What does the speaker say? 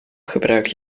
gebruik